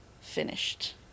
finished